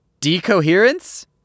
Decoherence